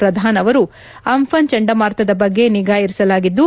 ಪ್ರಧಾನ್ ಅವರು ಆಂಘಾನ್ ಚಂಡಮಾರುತದ ಬಗ್ಗೆ ನಿಗಾ ಇರಿಸಲಾಗಿದ್ದು